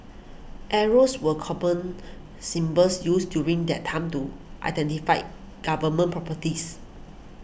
arrows were common symbols used during that time to identify Government properties